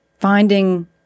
finding